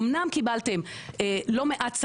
אמנם קיבלתם לא מעט שרים,